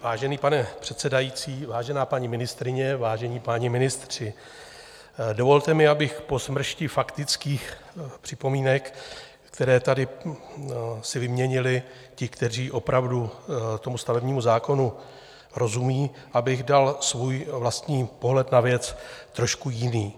Vážený pane předsedající, vážená paní ministryně, vážení páni ministři, dovolte mi, abych po smršti faktických připomínek, které si tady vyměnili ti, kteří opravdu tomu stavebnímu zákonu rozumí, abych dal svůj vlastní pohled na věc trošku jiný.